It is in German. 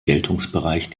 geltungsbereich